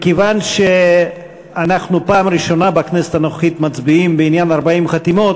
מכיוון שאנחנו פעם ראשונה בכנסת הנוכחית מצביעים בדיון של 40 חתימות,